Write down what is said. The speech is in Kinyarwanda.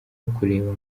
ukureba